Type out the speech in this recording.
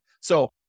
So-